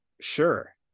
sure